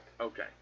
Okay